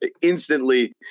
instantly